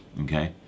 okay